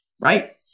Right